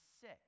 sick